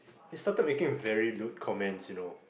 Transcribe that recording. he started making very lude comments you know